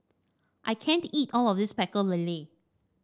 I can't eat all of this Pecel Lele